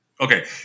Okay